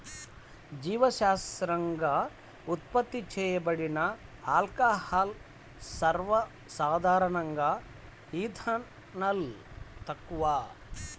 జీవశాస్త్రపరంగా ఉత్పత్తి చేయబడిన ఆల్కహాల్లు, సర్వసాధారణంగాఇథనాల్, తక్కువ